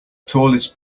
tallest